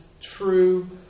true